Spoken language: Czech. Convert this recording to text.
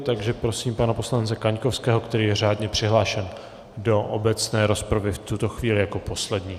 Takže prosím pana poslance Kaňkovského, který je řádně přihlášen do obecné rozpravy, v tuto chvíli jako poslední.